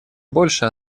больше